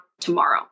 tomorrow